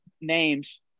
names